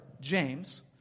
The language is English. James